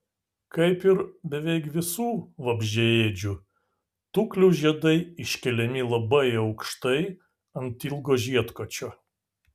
kaip ir beveik visų vabzdžiaėdžių tuklių žiedai iškeliami labai aukštai ant ilgo žiedkočio